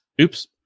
Oops